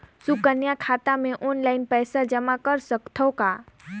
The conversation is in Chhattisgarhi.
सुकन्या खाता मे ऑनलाइन पईसा जमा कर सकथव का?